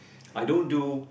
I don't do